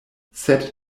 sed